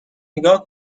نیگا